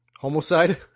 Homicide